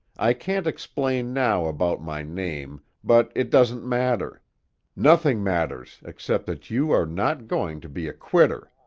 i can't explain now about my name, but it doesn't matter nothing matters except that you are not going to be a quitter!